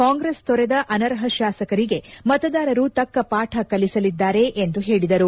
ಕಾಂಗ್ರೆಸ್ ತೊರೆದ ಅನರ್ಹ ಶಾಸಕರಿಗೆ ಮತದಾರರು ತಕ್ಕ ಪಾಠ ಕಲಿಸಲಿದ್ದಾರೆ ಎಂದು ಹೇಳಿದರು